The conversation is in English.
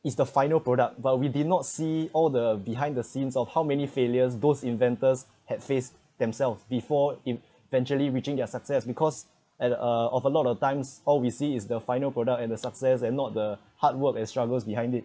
is the final product but we did not see all the behind the scenes of how many failures those inventors had faced themselves before eventually reaching their success because at uh of a lot of times all we see is the final product and the success and not the hard work and struggles behind it